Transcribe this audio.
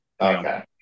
okay